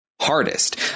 hardest